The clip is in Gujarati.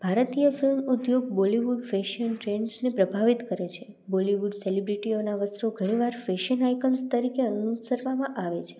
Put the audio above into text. ભારતીય ફિલ્મ ઉદ્યોગ બોલિવૂડ ફેશન ટ્રેંડ્સને પ્રભાવિત કરે છે બોલિવૂડ સેલિબ્રિટીઓના વસ્ત્રોના ઘણી વાર ફેશન આઇક્સન તરીકે અનુસરવામાં આવે છે